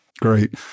Great